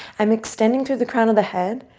i'm extending through the crown of the head,